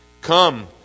Come